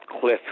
Cliff